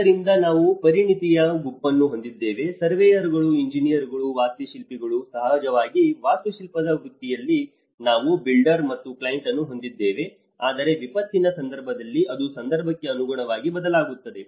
ಆದ್ದರಿಂದ ನಾವು ಪರಿಣತಿಯ ಗುಂಪನ್ನು ಹೊಂದಿದ್ದೇವೆ ಸರ್ವೇಯರ್ಗಳು ಇಂಜಿನಿಯರ್ಗಳು ವಾಸ್ತುಶಿಲ್ಪಿಗಳು ಸಹಜವಾಗಿ ವಾಸ್ತುಶಿಲ್ಪದ ವೃತ್ತಿಯಲ್ಲಿ ನಾವು ಬಿಲ್ಡರ್ ಮತ್ತು ಕ್ಲೈಂಟ್ ಅನ್ನು ಹೊಂದಿದ್ದೇವೆ ಆದರೆ ವಿಪತ್ತಿನ ಸಂದರ್ಭದಲ್ಲಿ ಅದು ಸಂದರ್ಭಕ್ಕೆ ಅನುಗುಣವಾಗಿ ಬದಲಾಗುತ್ತದೆ